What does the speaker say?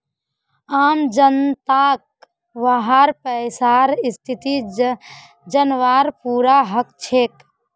आम जनताक वहार पैसार स्थिति जनवार पूरा हक छेक